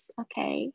okay